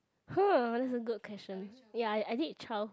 !huh! that's a good question ya I I did childhood